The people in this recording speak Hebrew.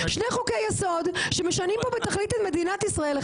יסוד שמשנים פה בתכלית את מדינת ישראל,